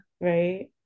right